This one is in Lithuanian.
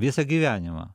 visą gyvenimą